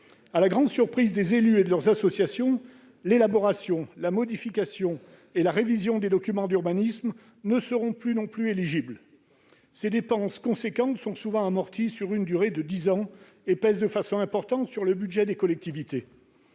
À la grande surprise des élus et de leurs associations, l'élaboration, la modification et la révision des documents d'urbanisme ne seront plus éligibles non plus. Ces dépenses substantielles sont souvent amorties sur une durée de dix ans et pèsent de façon importante sur le budget des collectivités.